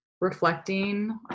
reflecting